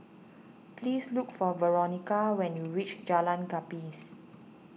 please look for Veronica when you reach Jalan Gapis